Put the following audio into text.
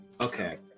Okay